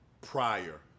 Prior